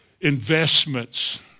investments